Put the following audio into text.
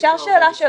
רביזיה יש פה.